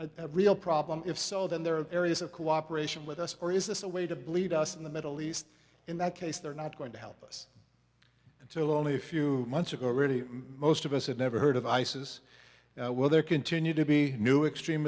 problem a real problem if so then there are areas of cooperation with us or is this a way to bleed us in the middle east in that case they're not going to help us until only a few months ago really most of us had never heard of isis will there continue to be new extrem